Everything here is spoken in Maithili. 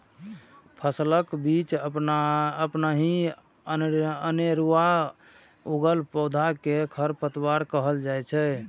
फसलक बीच अपनहि अनेरुआ उगल पौधा कें खरपतवार कहल जाइ छै